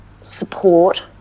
support